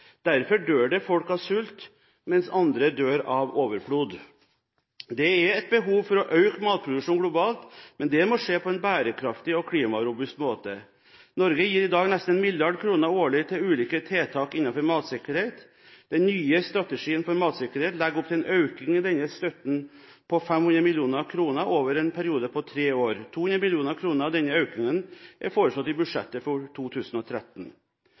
Derfor dør det folk av sult, mens andre dør av overflod. Det er et behov for å øke matproduksjonen globalt, men det må skje på en bærekraftig og klimarobust måte. Norge gir i dag nesten 1 mrd. kr årlig til ulike tiltak innenfor matsikkerhet. Den nye strategien for matsikkerhet legger opp til en økning i denne støtten på 500 mill. kr over en periode på tre år. 200 mill. kr av denne økningen er foreslått i budsjettet for 2013.